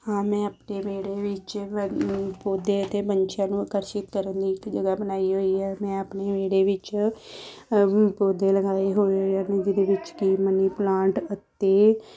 ਹਾਂ ਮੈਂ ਆਪਣੇ ਵਿਹੜੇ ਵਿੱਚ ਪੌਦੇ ਅਤੇ ਪੰਛੀਆਂ ਨੂੰ ਆਕਰਸ਼ਿਤ ਕਰਨ ਲਈ ਇੱਕ ਜਗ੍ਹਾ ਬਣਾਈ ਹੋਈ ਹੈ ਮੈਂ ਆਪਣੇ ਵਿਹੜੇ ਵਿੱਚ ਪੌਦੇ ਲਗਾਏ ਹੋਏ ਹਨ ਜਿਹਦੇ ਵਿੱਚ ਕਿ ਮਨੀ ਪਲਾਂਟ ਅਤੇ